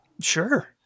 sure